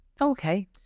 Okay